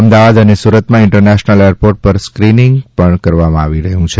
અમદાવાદ અને સુરતમાં international airport પર સ્કીનિંગ પણ કરવામાં આવે છે